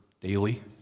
daily